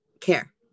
care